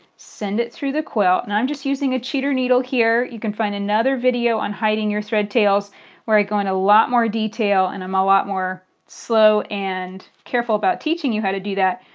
send it through the quilt. and i'm just using a cheater needle here. you can find another video on hiding your thread tails where i go in a lot more detail, and i'm a lot more slow and careful about teaching you how to do that.